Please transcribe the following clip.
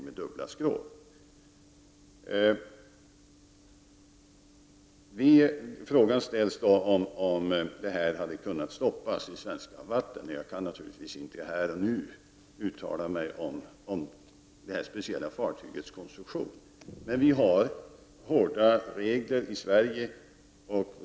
Det har ställts frågor om huruvida detta fartyg hade kunnat stoppas i svenska vatten. Men jag kan naturligtvis inte här och nu uttala mig om detta speciella fartygs konstruktion. Men i Sverige har vi hårda regler.